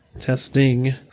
Testing